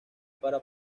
para